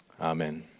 Amen